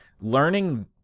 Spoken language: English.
learning